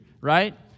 right